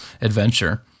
adventure